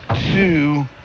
two